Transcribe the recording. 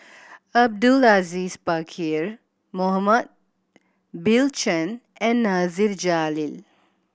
Abdul Aziz Pakkeer Mohamed Bill Chen and Nasir Jalil